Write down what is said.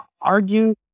argue